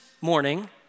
morning